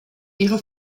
ihre